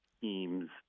teams